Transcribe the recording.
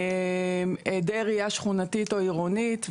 העדר ראייה שכונתית או עירונית,